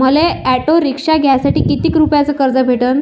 मले auto rickshaw घ्यासाठी कितीक रुपयाच कर्ज भेटनं?